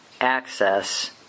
access